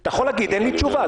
אתה יכול להגיד: אין לי תשובה.